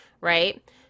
right